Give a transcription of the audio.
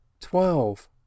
twelve